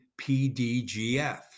PDGF